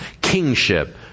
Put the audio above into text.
kingship